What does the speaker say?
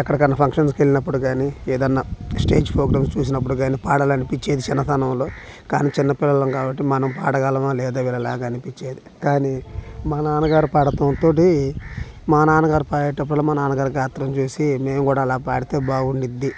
ఎక్కడికన్నా ఫంక్షన్స్కెళ్ళినప్పుడు గానీ ఏదైనా స్టేజ్ ప్రోగ్రామ్ చూసినప్పుడు కానీ పాడాలినిపిచ్చేది చిన్నతనంలో కానీ చిన్నపిల్లల కాబట్టి మనం పాడగలమా లేదా వీళ్ళలాగా అనిపిచ్చేది కానీ మా నాన్నగారు పాడటంతోటి మా నాన్నగారు పాడేటప్పుడల్లా మా నాన్నగారి గాత్రం చూసి మేముకూడా అలా పాడితే బాగుండిద్ది